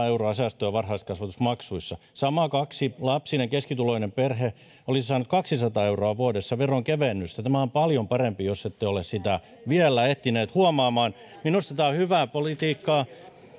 euroa säästöä varhaiskasvatusmaksuissa sama kaksilapsinen keskituloinen perhe olisi saanut kaksisataa euroa vuodessa veronkevennystä tämä on paljon parempi jos ette ole sitä vielä ehtineet huomaamaan minusta tämä on hyvää politiikkaa